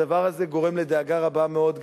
הדבר הזה גורם לדאגה רבה מאוד,